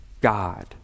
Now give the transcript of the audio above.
God